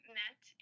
met